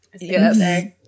Yes